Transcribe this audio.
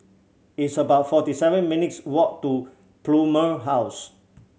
it's about forty seven minutes' walk to Plumer House